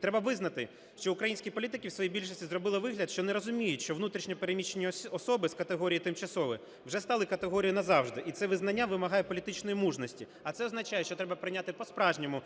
Треба визнати, що українські політики, в своїй більшості, зробили вигляд, що не розуміють, що внутрішньо переміщені особи з категорії "тимчасово" вже стали категорією "назавжди", і це визнання вимагає політичної мужності. А це означає, що треба прийняти по-справжньому